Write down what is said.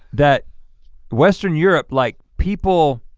that western europe, like people.